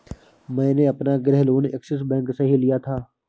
मैंने अपना गृह लोन ऐक्सिस बैंक से ही लिया था